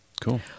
cool